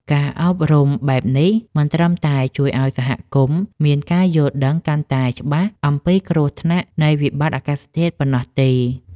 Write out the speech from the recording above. ការអប់រំបែបនេះ មិនត្រឹមតែជួយឱ្យសហគមន៍មានការយល់ដឹងកាន់តែច្បាស់អំពីគ្រោះថ្នាក់នៃវិបត្តិអាកាសធាតុប៉ុណ្ណោះទេ។